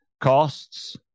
costs